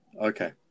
okay